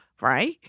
right